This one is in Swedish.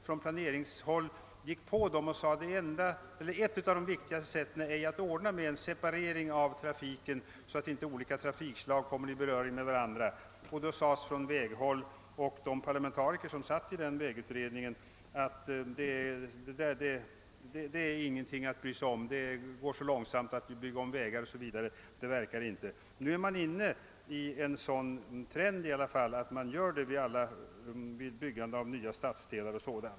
Från planerarhåll framhöll vi för denna utredning att ett av de viktigaste medlen för trafiksäkerhet är att ordna med en separering av trafiken så att inte olika trafikslag kommer i beröring med varandra. De sakkunniga som satt i denna vägutredning sade då, att vårt förslag inte vore någonting att bry sig om; det skulle gå så långsamt att bygga om vägar o.s.v. Nu är dock trenden den att man gör så vid byggandet av nya stadsdelar.